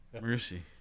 Mercy